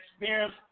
experience